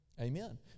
Amen